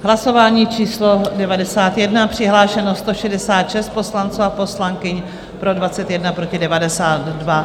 Hlasování číslo 91, přihlášeno 166 poslanců a poslankyň, pro 21, proti 92.